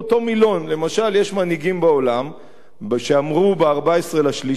למשל, יש מנהיגים בעולם שאמרו ב-14 במרס השנה: